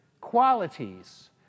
qualities